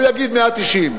הוא יגיד 190,